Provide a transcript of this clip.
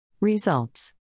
Results